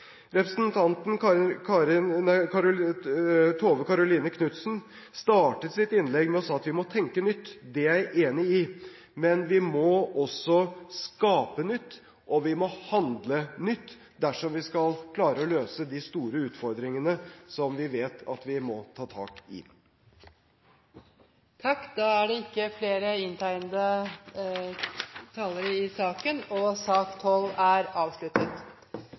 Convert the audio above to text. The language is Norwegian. Representanten Tove Karoline Knutsen startet sitt innlegg med å si at vi må tenke nytt. Det er jeg enig i, men vi må også skape nytt og vi må handle nytt dersom vi skal klare å løse de store utfordringene som vi vet at vi må ta tak i. Debatten i sak nr. 12 er avsluttet. Ingen har bedt om ordet. Da går vi til votering. I sak